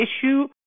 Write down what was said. issue